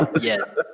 Yes